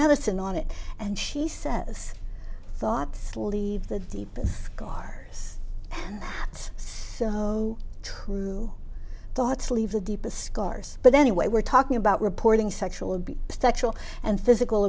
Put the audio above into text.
medicine on it and she says thoughts leave the deep scars it's true thoughts leave the deepest scars but anyway we're talking about reporting sexual abuse sexual and physical